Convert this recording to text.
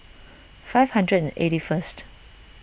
five hundred and eighty first